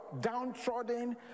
downtrodden